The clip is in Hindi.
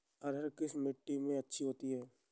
अरहर किस मिट्टी में अच्छी होती है?